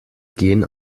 gen